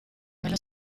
nello